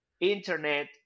internet